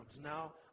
now